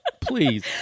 Please